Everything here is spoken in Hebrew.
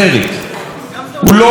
הוא לא קורא עיתונים,